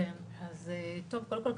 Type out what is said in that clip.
קודם כול,